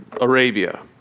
Arabia